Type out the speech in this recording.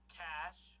cash